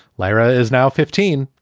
lara is now fifteen.